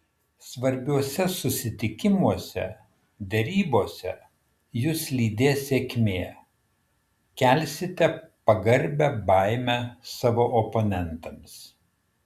svarbiuose susitikimuose derybose jus lydės sėkmė kelsite pagarbią baimę savo oponentams